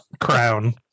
crown